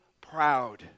proud